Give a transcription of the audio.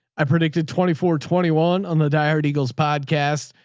i predicted twenty four, twenty one on the diehard eagles podcast.